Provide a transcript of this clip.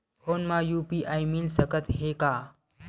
Phone मा UPI मिल सकत हे का?